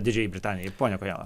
didžiajai britanijai pone kojala